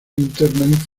interna